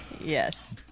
Yes